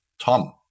Tom